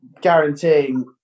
guaranteeing